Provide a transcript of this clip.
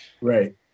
right